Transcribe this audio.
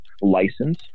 license